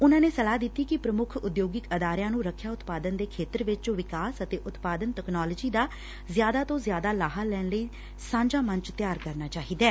ਉਨਾ ਨੇ ਸਲਾਹ ਦਿੱਤੀ ਕਿ ਪ੍ਰਮੁੱਖ ਉਦਯੋਗਿਕ ਅਦਾਰਿਆਂ ਨੂੰ ਰੱਖਿਆ ਉਤਪਾਦਨ ਦੇ ਖੇਤਰ ਵਿਚ ਵਿਕਾਸ ਅਤੇ ਉਤਪਾਦਨ ਤਕਨਾਲੋਜੀ ਦਾ ਜ਼ਿਆਦਾ ਤੋਂ ਜ਼ਿਆਦਾ ਲਾਹਾ ਲੈਣ ਲਈ ਸਾਂਝਾ ਮੰਚ ਤਿਆਰ ਕਰਨਾ ਚਾਹੀਦੈ